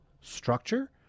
Structure